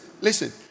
listen